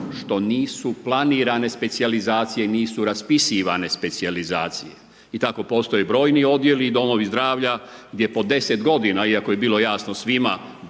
što nisu planirane specijalizacije nisu raspisivane specijalizacije. I tako postoje brojni odjeli i domovi zdravlja, gdje po 10 g. iako je bilo jasno svima,